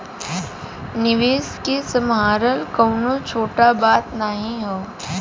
निवेस के सम्हारल कउनो छोट बात नाही हौ